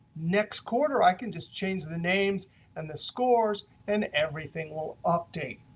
next quarter i can just change the names and the scores. and everything will update.